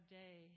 day